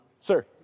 Sir